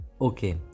Okay